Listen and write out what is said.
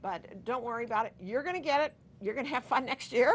but don't worry about it you're going to get it you're going to have fun next year